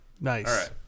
Nice